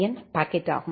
என் pocket ஆகும்